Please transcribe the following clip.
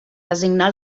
designar